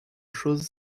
choses